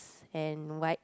and white